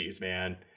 man